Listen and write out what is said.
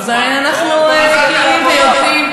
אנחנו יודעים,